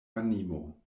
animo